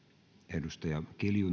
arvoisa